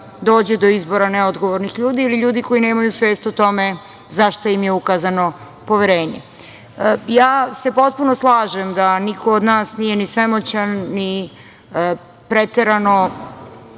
dođe do izbora neodgovornih ljudi ili ljudi koji nemaju svest o tome za šta im je ukazano poverenje. Ja se potpuno slažem da niko od nas nije ni svemoćan, ni preterano